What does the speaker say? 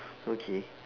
okay